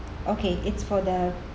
okay it's for the